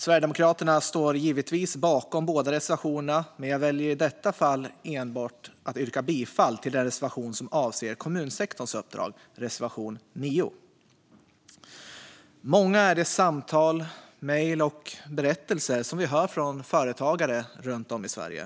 Sverigedemokraterna står givetvis bakom båda reservationerna, men jag väljer i detta fall att yrka bifall endast till den reservation som avser kommunsektorns uppdrag, reservation 9. Många är de samtal och mejl med berättelser som vi får från företagare runt om i Sverige.